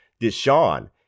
Deshaun